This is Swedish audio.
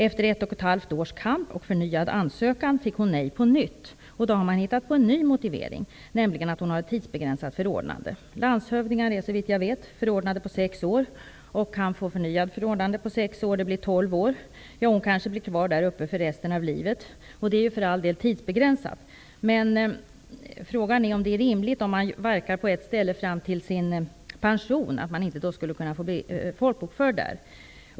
Efter ett och ett halvt års kamp och förnyad ansökan fick hon nej på nytt. Nu har man hittat på en ny motivering, nämligen den att hon har ett tidsbegränsat förordnande. Landshövdingar är såvitt jag vet förordnande på sex år och kan få förnyat förordnande på sex år -- det blir tolv år. Hon kanske blir kvar där uppe för resten av livet, och livet är ju för all del tidsbegränsat. Frågan är om det är rimligt att man inte kan bli folkbokförd på ett ställe där man verkar fram till sin pension.